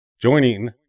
Joining